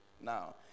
now